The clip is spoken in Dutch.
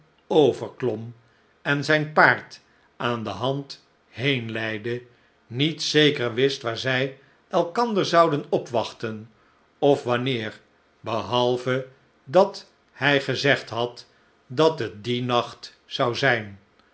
overklom en zijn paard aan de hand heenleidde niet zeker wist waar zij elkander zouden opwachten of wanneer behalve dat hij gezegd had dat het dien nacht zou zijn